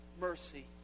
mercy